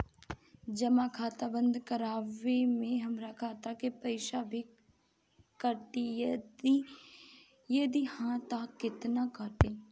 जमा खाता बंद करवावे मे हमरा खाता से पईसा भी कटी यदि हा त केतना कटी?